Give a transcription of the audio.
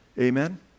Amen